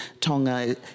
Tonga